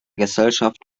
gesellschaft